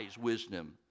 wisdom